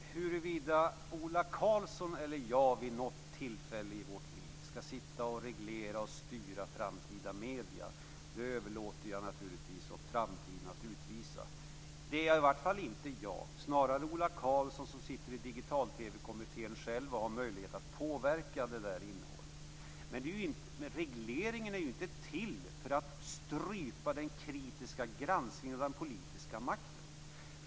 Fru talman! Huruvida Ola Karlsson eller jag vid något tillfälle i våra liv skall reglera och styra framtida medier överlåter jag naturligtvis åt framtiden att utvisa. Det är i varje fall inte jag, snarare Ola Karlsson som själv sitter med i Digital-TV-kommittén och har möjlighet att påverka innehållet. Men regleringen är ju inte till för att strypa den kritiska granskningen av den politiska makten.